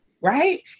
right